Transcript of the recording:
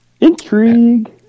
Intrigue